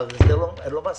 אבל זה לא מספיק.